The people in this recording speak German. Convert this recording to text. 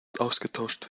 ausgetauscht